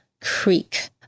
creek